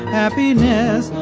happiness